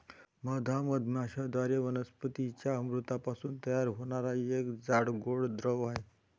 मध हा मधमाश्यांद्वारे वनस्पतीं च्या अमृतापासून तयार होणारा एक जाड, गोड द्रव आहे